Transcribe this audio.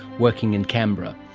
working in canberra.